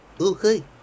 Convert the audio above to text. Okay